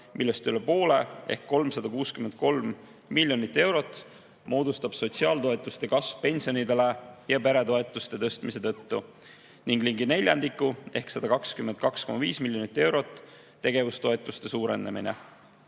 millest üle poole ehk 363 miljonit eurot moodustab sotsiaaltoetuste kasv pensionide ja peretoetuste tõstmise tõttu ning ligi neljandiku ehk 122,5 miljonit eurot tegevustoetuste suurenemine. Alates